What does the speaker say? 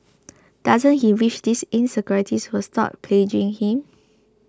doesn't he wish these insecurities would stop plaguing him